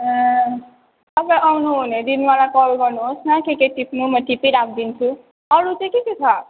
ए तपाईँ आउनुहुने दिन मलाई कल गर्नुहोस् न के के टिप्नु म टिपिराखिदिन्छु अरू चाहिँ के के छ